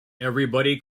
everybody